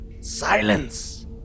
Silence